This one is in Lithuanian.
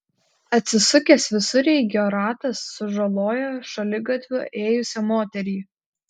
atsisukęs visureigio ratas sužalojo šaligatviu ėjusią moterį